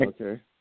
Okay